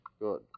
good